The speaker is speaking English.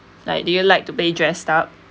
like do you like to play dressed up